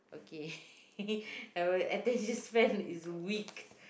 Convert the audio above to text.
okay our attention span is weak